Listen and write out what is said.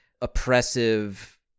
oppressive